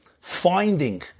finding